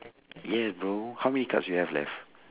yeah bro how many cards you have left